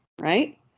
right